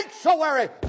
sanctuary